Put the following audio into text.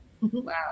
wow